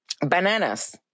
Bananas